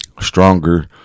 stronger